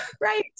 Right